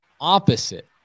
opposite